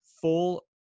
full